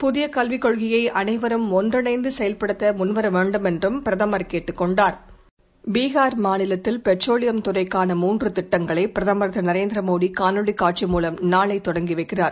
புதியகல்விக் கொள்கையைஅனைவரும் ஒன்றிணைந்துசெயல்படுத்தமுன்வரவேண்டுமென்றும் பிரதமா் கேட்டுக் கொண்டார் மாநிலத்தில் பிகார் துறைக்கான மூன்றுதிட்டங்களைபிரதமர் திரு நரேந்திரமோடிகாணொளிகாட்சி மூலம் நாளைதொடங்கிவைக்கிறார்